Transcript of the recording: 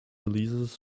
releases